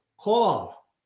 call